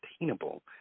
attainable